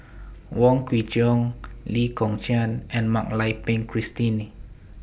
Wong Kwei Cheong Lee Kong Chian and Mak Lai Peng Christine